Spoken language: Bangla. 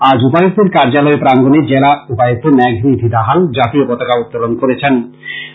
আজ উপায়ুক্তের কার্যালয় প্রাঙ্গনে জেলা উপায়ুক্ত মেঘ নিধি দাহাল জাতীয় পতাকা উত্তলন করছেন